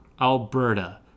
Alberta